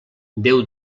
déu